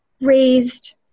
raised